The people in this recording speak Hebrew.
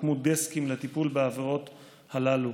והוקמו דסקים לטיפול בעבירות הללו.